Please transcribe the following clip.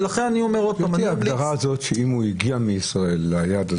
לפי ההגדרה הזאת, אם הוא הגיע מישראל ליעד הזה.